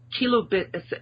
kilobit